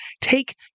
take